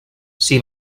s’hi